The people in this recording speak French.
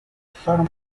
storm